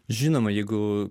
žinoma jeigu